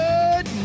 Good